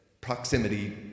proximity